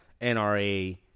NRA